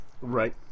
Right